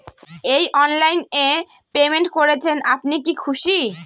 এই অনলাইন এ পেমেন্ট করছেন আপনি কি খুশি?